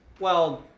well,